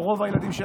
או רוב הילדים,